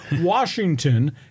Washington